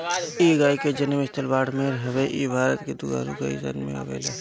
इ गाई के जनम स्थल बाड़मेर हवे इ भारत के दुधारू गाई सन में आवेले